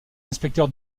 inspecteur